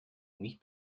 mich